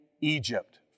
Egypt